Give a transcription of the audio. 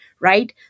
right